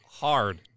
Hard